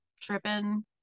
tripping